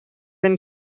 been